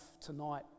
tonight